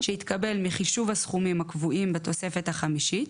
שהתקבל מחישוב הסכומים הקובעים בתוספת החמישית,